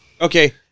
Okay